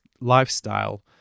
lifestyle